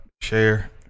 share